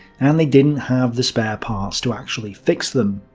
and they didn't have the spare parts to actually fix them.